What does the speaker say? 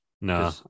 No